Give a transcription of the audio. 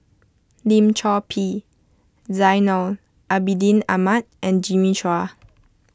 Lim Chor Pee Zainal Abidin Ahmad and Jimmy Chua